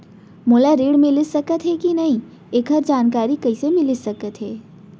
मोला ऋण मिलिस सकत हे कि नई एखर जानकारी कइसे मिलिस सकत हे?